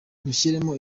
mushyiremo